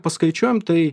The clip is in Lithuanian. paskaičiuojam tai